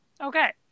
Okay